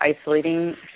isolating